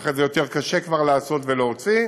ואחרי זה כבר יותר קשה לעשות ולהוציא,